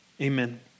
amen